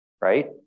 right